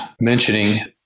mentioning